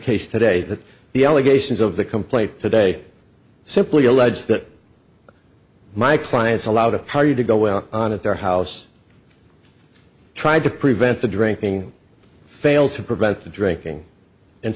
case today that the allegations of the complaint today simply allege that my clients allowed a party to go on at their house tried to prevent the drinking failed to prevent the drinking and